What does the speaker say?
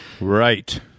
Right